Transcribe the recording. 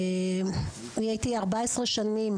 אני הייתי 14 שנים,